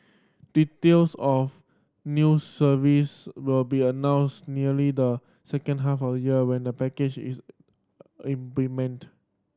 details of new service will be announced nearly the second half of year when the package is implemented